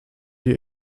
die